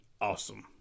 awesome